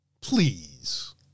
please